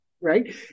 Right